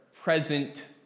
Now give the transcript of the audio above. present